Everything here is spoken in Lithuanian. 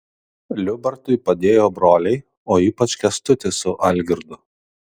liubartui padėjo broliai o ypač kęstutis su algirdu